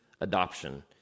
adoption